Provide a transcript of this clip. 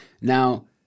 Now